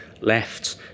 left